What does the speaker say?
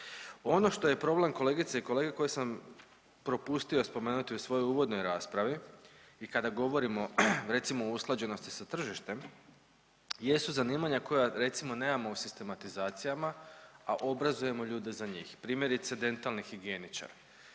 Ono što je problem kolegice i kolege koji sam propustio spomenuti u svojoj uvodnoj raspravi i kada govorimo recimo o usklađenosti sa tržištem jesu zanimanja koja recimo nemamo u sistematizacijama, a obrazujemo ljude za njih, primjerice dentalni higijeničar.